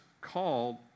called